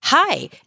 Hi